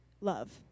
love